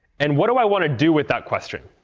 and what do i want to do with that question?